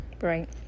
right